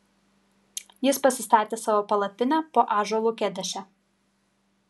jis pasistatė savo palapinę po ąžuolu kedeše